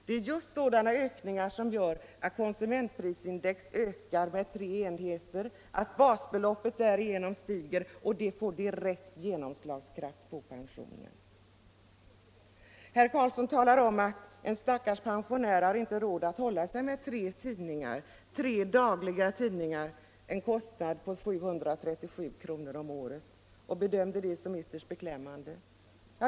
Det är sådana ökningar som gör att då konsumentprisindex ökar med tre enheter ökar basbeloppet, och detta får direkt genomslagskraft på pensionerna. Herr Carlsson i Vikmanshyttan talar om att en stackars pensionär inte har råd att hålla sig med tre dagliga tidningar — det blir en kostnad på 737 kr. om året — och bedömer det som ytterst beklämmande.